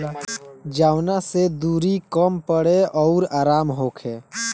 जवना से दुरी कम पड़े अउर आराम होखे